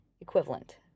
equivalent